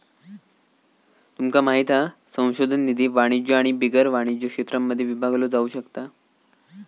तुमका माहित हा संशोधन निधी वाणिज्य आणि बिगर वाणिज्य क्षेत्रांमध्ये विभागलो जाउ शकता